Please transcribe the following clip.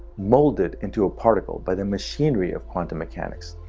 moulded into a particle by the machinery of quantum mechanics.